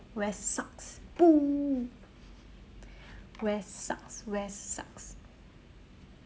west sucks boo west sucks west sucks